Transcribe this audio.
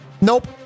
Nope